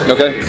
Okay